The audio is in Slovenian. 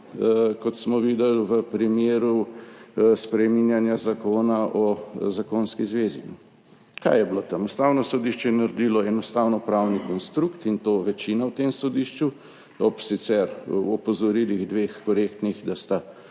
kot smo videli v primeru spreminjanja Zakona o zakonski zvezi. Kaj je bilo tam? Ustavno sodišče je naredilo en ustavnopravni konstrukt, in to večina v tem sodišču, ob sicer dveh korektnih